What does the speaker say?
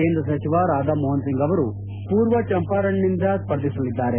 ಕೇಂದ್ರ ಸಚಿವ ಕಾಧಾಮೋಹನ್ ಸಿಂಗ್ ಅವರು ಪೂರ್ವ ಚಂಪಾರನ್ನಿಂದ ಸ್ಪರ್ಧಿಸಲಿದ್ದಾರೆ